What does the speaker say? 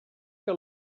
que